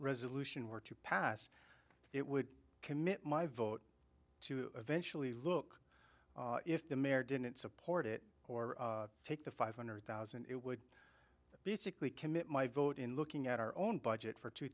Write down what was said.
resolution were to pass it would commit my vote to eventually look if the mayor didn't support it or take the five hundred thousand it would basically commit my vote in looking at our own budget for two